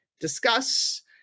discuss